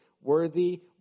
worthy